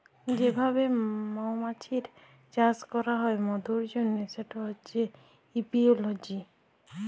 যে ভাবে মমাছির চাষ ক্যরা হ্যয় মধুর জনহ সেটা হচ্যে এপিওলজি